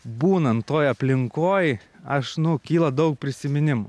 būnant toj aplinkoj aš nu kyla daug prisiminimų